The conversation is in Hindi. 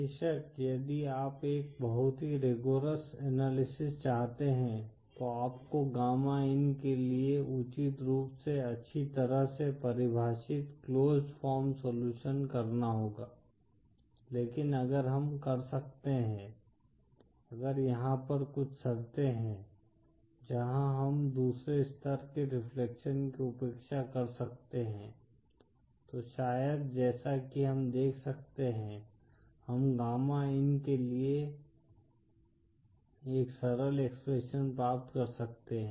बेशक यदि आप एक बहुत ही रिगोरोस एनालिसिस चाहते हैं तो आपको गामा इन के लिए उचित रूप से अच्छी तरह से परिभाषित क्लोज्ड फॉर्म सलूशन करना होगा लेकिन अगर हम कर सकते हैं अगर यहाँ पर कुछ शर्तें हैं जहां हम दूसरे स्तर के रेफ्लेक्शंस की उपेक्षा कर सकते हैं तो शायद जैसा कि हम देख सकते हैं हम गामा इन के लिए एक सरल एक्सप्रेशन प्राप्त कर सकते हैं